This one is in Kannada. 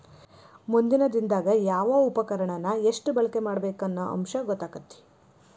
ಮುಂದಿನ ದಿನದಾಗ ಯಾವ ಉಪಕರಣಾನ ಎಷ್ಟ ಬಳಕೆ ಮಾಡಬೇಕ ಅನ್ನು ಅಂಶ ಗೊತ್ತಕ್ಕತಿ